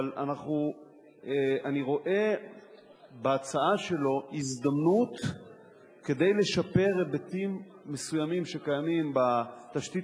אבל אני רואה בהצעה שלו הזמנות לשפר היבטים מסוימים שקיימים בתשתית